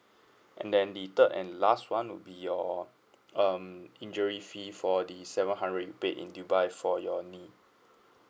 and then the third and last [one] would be your um injury fee for the seven hundred you paid in dubai for your knee